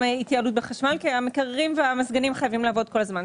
התייעלות בחשמל כי המקררים והמזגנים חייבים לעבוד כל הזמן.